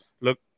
look